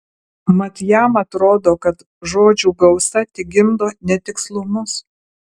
mat jam atrodo kad žodžių gausa tik gimdo netikslumus